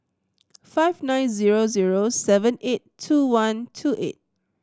five nine zero zero seven eight two one two eight